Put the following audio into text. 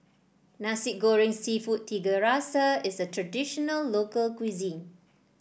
Nasi Goreng seafood Tiga Rasa is a traditional local cuisine